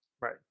right